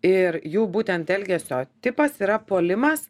ir jų būtent elgesio tipas yra puolimas